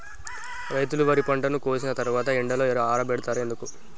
రైతులు వరి పంటను కోసిన తర్వాత ఎండలో ఆరబెడుతరు ఎందుకు?